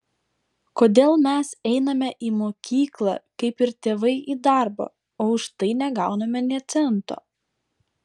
kodėl mes einame į mokyklą kaip ir tėvai į darbą o už tai negauname nė cento